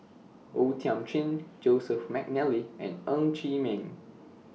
O Thiam Chin Joseph Mcnally and Ng Chee Meng